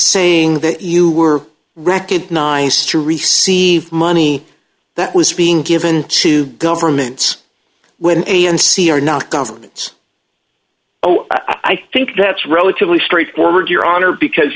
saying that you were recognized to receive money that was being given to governments when a and c are not governments oh i think that's relatively straightforward your honor because